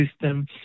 system